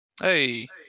Hey